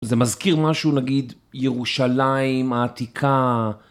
זה מזכיר משהו, נגיד, ירושלים העתיקה.